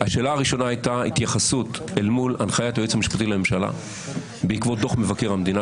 להפוך את המינויים האלה למינויים